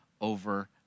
over